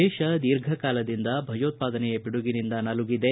ದೇಶ ದೀರ್ಘ ಕಾಲದಿಂದ ಭಯೋತ್ಪಾದನೆಯ ಪಿಡುಗಿನಿಂದ ನಲುಗಿದೆ